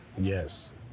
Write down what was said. Yes